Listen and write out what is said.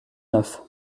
neuf